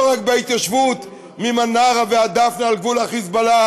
לא רק בהתיישבות ממנרה ועד דפנה על גבול ה"חיזבאללה",